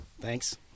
Thanks